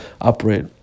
operate